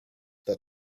that